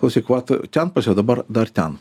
klausyk vat ten pailsėjo dabar dar ten